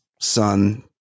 son